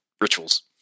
rituals